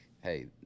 hey